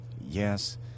Yes